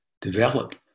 develop